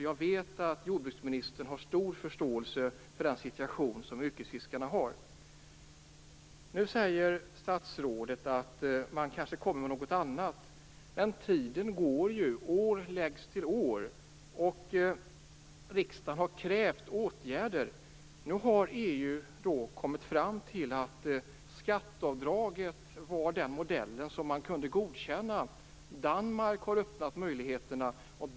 Jag vet att jordbruksministern har stor förståelse för den situation som yrkesfiskarna har. Nu säger statsrådet att man kanske kommer med något annat. Men tiden går ju. År läggs till år, och riksdagen har krävt åtgärder. Nu har EU kommit fram till att ett system med skatteavdrag är den modell man kan godkänna. Danmark har öppnat möjligheterna.